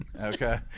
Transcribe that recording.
Okay